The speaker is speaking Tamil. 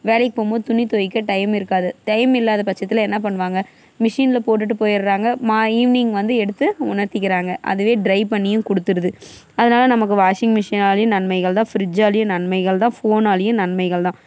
வேலைக்கு போகும்மோது துணி துவைக்க டைம் இருக்காது டைம் இல்லாத பட்சத்தில் என்ன பண்ணுவாங்க மிஷினில் போட்டுவிட்டு போயிடுறாங்க ஈவினிங் வந்து எடுத்து உளர்த்திக்கிறாங்க அதுவே ட்ரை பண்ணியும் கொடுத்துடுது அதனால் நமக்கு வாஷிங் மிஷின்னாலேயும் நன்மைகள் தான் ஃப்ரிட்ஜாலேயும் நன்மைகள் தான் ஃபோனாலேயும் நன்மைகள் தான்